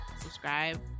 subscribe